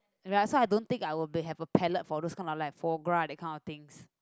right so I don't think I will be have the palate for those kind like foie gras that kind of things